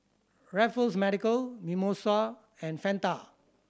Raffles Medical Mimosa and Fanta